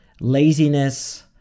laziness